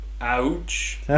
ouch